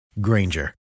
Granger